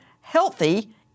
healthy